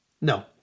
No